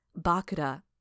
Bakuda